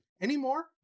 Anymore